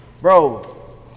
Bro